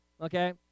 Okay